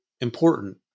important